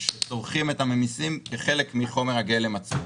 שצורכים את הממסים כחלק מחומר הגלם עצמו.